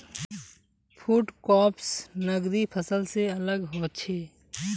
food crops नगदी फसल से अलग होचे